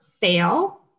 fail